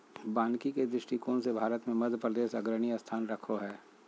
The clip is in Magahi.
वानिकी के दृष्टिकोण से भारत मे मध्यप्रदेश अग्रणी स्थान रखो हय